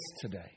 today